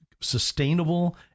sustainable